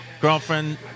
girlfriend